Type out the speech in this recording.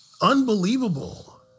Unbelievable